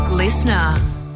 listener